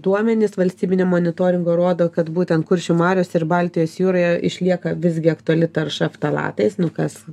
duomenys valstybinio monitoringo rodo kad būtent kuršių marios ir baltijos jūroje išlieka visgi aktuali tarša ftalatais nu kas